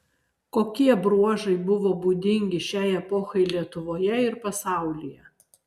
kokie bruožai buvo būdingi šiai epochai lietuvoje ir pasaulyje